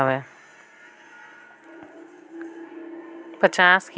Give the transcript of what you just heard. पचास किलोग्राम मछरी बीजा पालन करे बर कतका बड़े तरिया के जरूरत हवय?